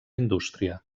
indústria